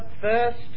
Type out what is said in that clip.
first